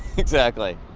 exactly.